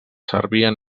servien